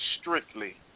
strictly